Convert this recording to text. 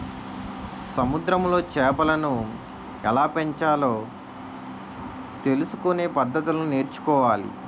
సముద్రములో చేపలను ఎలాపెంచాలో తెలుసుకొనే పద్దతులను నేర్చుకోవాలి